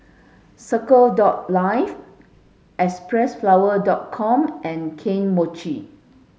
Circle dot Life Xpressflower dot com and Kane Mochi